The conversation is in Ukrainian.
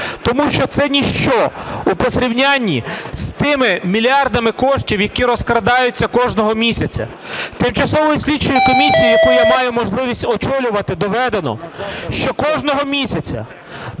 тому що це ніщо у порівнянні з тими мільярдами коштів, які розкрадаються кожного місяця. Тимчасовою слідчою комісією, яку я маю можливість очолювати, доведено, що кожного місяця